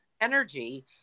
energy